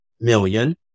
million